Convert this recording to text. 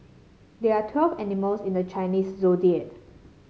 there are twelve animals in the Chinese Zodiac